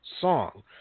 song